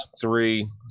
three